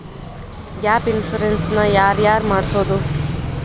Gap insurance ನ ಯಾರ್ ಯಾರ್ ಮಡ್ಸ್ಬೊದು?